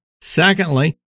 Secondly